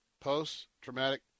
post-traumatic